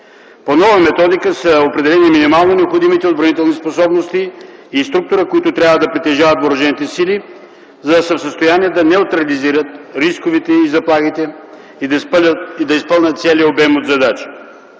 По нова методика са определени и минимално необходимите отбранителни способности и структура, които трябва да притежават въоръжените сили, за да са в състояние да неутрализират рисковете и заплахите и да изпълнят целия обем от задачи.